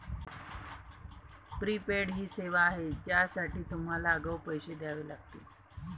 prepaid ही सेवा आहे ज्यासाठी तुम्हाला आगाऊ पैसे द्यावे लागतील